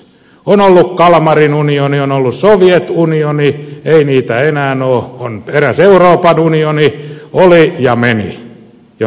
on ollut kalmarin unioni on ollut soviet unioni ei niitä enää ole on eräs euroopan unioni oli ja meni jonakin päivänä